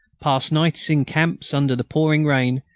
pass nights in camps under the pouring rain,